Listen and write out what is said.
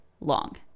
long